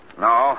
No